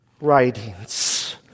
writings